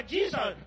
Jesus